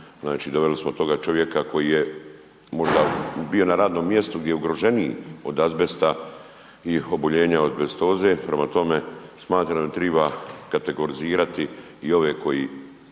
doveli smo toga čovjeka koji je možda bio na radnom mjestu gdje je ugroženiji od azbesta i oboljenja od azbestoze, prema tome smatram da triba kategorizirati i ove koji